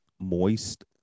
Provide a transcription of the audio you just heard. moist